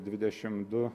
dvidešim du